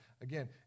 Again